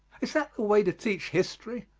is that the way to teach history?